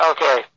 Okay